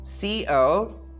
CO